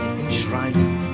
enshrined